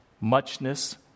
muchness